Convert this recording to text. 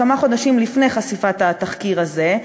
כמה חודשים לפני חשיפת התחקיר הזה,